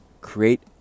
create